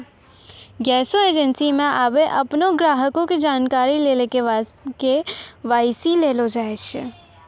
गैसो एजेंसी मे आबे अपनो ग्राहको के जानकारी लेली के.वाई.सी लेलो जाय छै